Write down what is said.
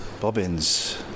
Bobbins